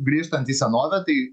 grįžtant į senovę tai